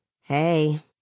Hey